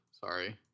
Sorry